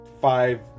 five